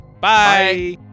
bye